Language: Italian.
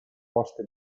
poste